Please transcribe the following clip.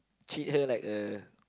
treat her like a